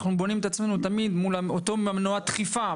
אנחנו בונים את עצמנו תמיד מול אותו מנוע דחיפה.